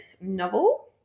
novel